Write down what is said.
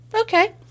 Okay